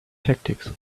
tactics